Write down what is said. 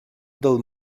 del